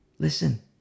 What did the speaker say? Listen